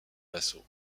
vassaux